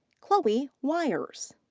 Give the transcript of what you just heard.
chloe wires.